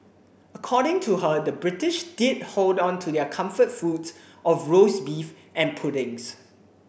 according to her the British did hold on to their comfort foods of roast beef and puddings